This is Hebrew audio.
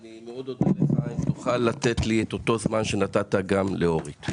אני מאוד אודה לך אם תוכל לתת לי את אותו זמן שנתת גם לאורית.